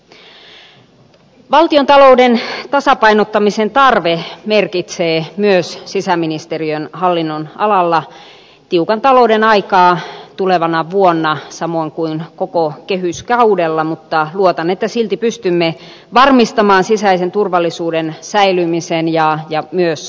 valtiontalouden tasapainottamisen tarve merkitsee myös sisäministeriön hallinnonalalla tiukan talouden aikaa tulevana vuonna samoin kuin koko kehyskaudella mutta luotan että silti pystymme varmistamaan sisäisen turvallisuuden säilymisen ja myös vahvistamisen